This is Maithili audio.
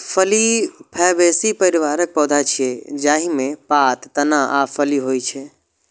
फली फैबेसी परिवारक पौधा छियै, जाहि मे पात, तना आ फली होइ छै